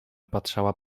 patrzała